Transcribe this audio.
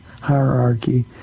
hierarchy